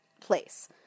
place